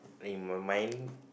in my mind